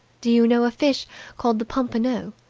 do you know a fish called the pompano?